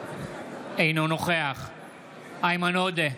אינו נוכח איימן עודה,